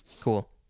Cool